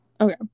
Okay